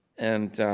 and